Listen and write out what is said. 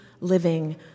living